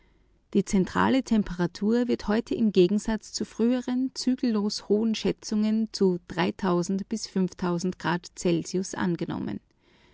die zentrale temperatur der erde heute im gegensatz zu früheren zügellos hohen schätzungen meist nur zu bis grad celsius angenommen